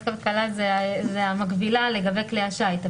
הכלכלה הוא המקבילה לגבי כלי שיט.